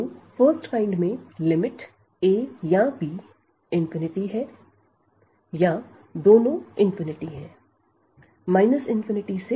तो first kind में limit a या b है या दोनों है से